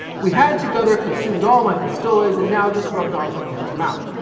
we had together consumed all my pistoles, and now just rubbed on from hand to mouth.